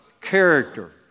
character